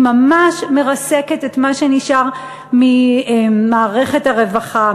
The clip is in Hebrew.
היא ממש מרסקת את מה שנשאר ממערכת הרווחה,